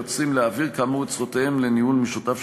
היוצרים להעביר כאמור את זכויותיהם לניהול משותף,